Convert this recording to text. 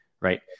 right